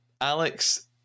Alex